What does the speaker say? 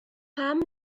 pam